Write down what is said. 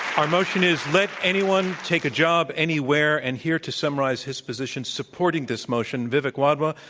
our motion is, let anyone take a job anywhere. and here to summarize his position supporting this motion, vivek wadhwa,